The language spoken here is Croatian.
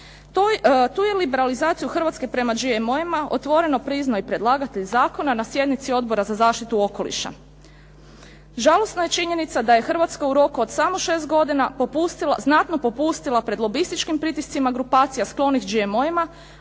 Tu je liberalizaciju Hrvatske prema GMO-ima otvoreno priznao i predlagatelj zakona na sjednici Odbora za zaštitu okoliša. Žalosna je činjenica da je Hrvatska u roku od samo 6 godina znatno popustila pred lobističkim pritiscima grupacija sklonih GMO-ima